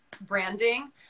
branding